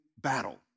battle